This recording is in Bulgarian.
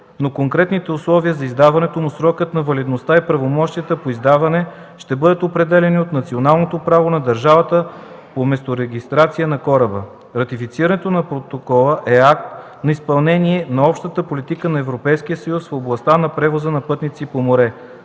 но конкретните условия за издаването му, срокът на валидност и правомощията по издаване ще бъдат определяни от националното право на държавата по месторегистрация на кораба. Ратифицирането на протокола е акт на изпълнение на Общата политика на Европейския съюз в областта на превоза на пътници по море.